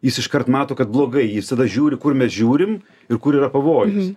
jis iškart mato kad blogai jis tada žiūri kur mes žiūrim ir kur yra pavojus